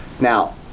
Now